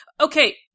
Okay